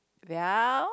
well